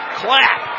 clap